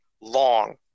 long